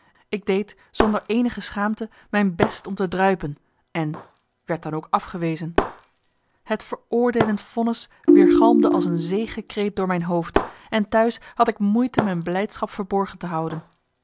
ik deed zonder eenige schaamte mijn best om te druipen en werd dan ook afgewezen het veroordeelend vonnis weergalmde als een zegekreet door mijn hoofd en t'huis had ik moeite mijn blijdschap verborgen te houden